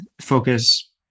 focus